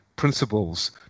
Principles